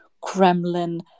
Kremlin